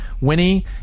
Winnie